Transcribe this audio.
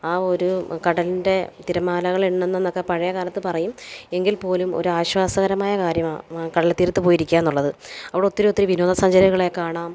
ആ ഒരു കടലിൻ്റെ തിരമാലകൾ എണ്ണുന്നതെന്നൊക്കെ പഴയ കാലത്ത് പറയും എങ്കിൽപ്പോലും ഒരാശ്വാസകരമായ കാര്യമാണ് കടൽ തീരത്ത് പോയി ഇരിക്കാന്നുള്ളത് അവിടെ ഒത്തിരി ഒത്തിരി വിനോദസഞ്ചാരികളെ കാണാം